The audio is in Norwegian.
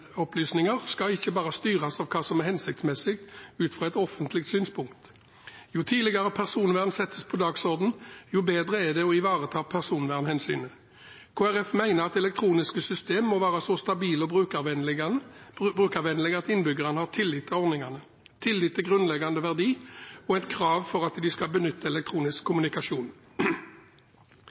skal ikke bare styres av hva som er hensiktsmessig ut fra et offentlig synspunkt. Jo tidligere personvern settes på dagsordenen, jo lettere er det å ivareta personvernhensynet. Kristelig Folkeparti mener at elektroniske systemer må være så stabile og brukervennlige at innbyggerne har tillit til ordningene og tillit til grunnleggende verdi som et krav for at de skal benytte elektronisk kommunikasjon.